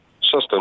system